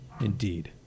indeed